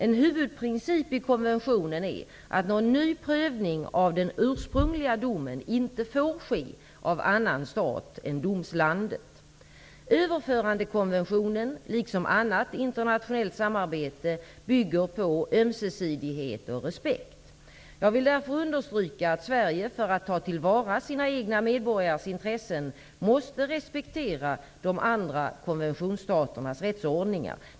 En huvudprincip i konventionen är att någon ny prövning av den ursprungliga domen inte får ske av annan stat än domslandet. Överförandekonventionen -- liksom annat internationellt samarbete -- bygger på ömsesidighet och respekt. Jag vill därför understryka att Sverige för att ta till vara sina egna medborgares intressen måste respektera de andra konventionsstaternas rättsordningar.